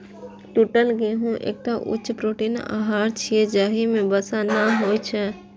टूटल गहूम एकटा उच्च प्रोटीन आहार छियै, जाहि मे वसा नै होइ छै